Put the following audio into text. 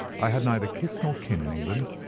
i had neither kith nor kin in england,